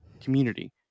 community